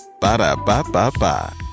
Ba-da-ba-ba-ba